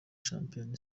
shampiona